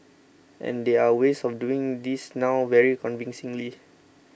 and there are ways of doing this now very convincingly